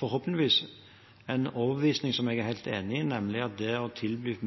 forhåpentligvis ut fra en overbevisning som jeg er helt enig i, nemlig at det å tilby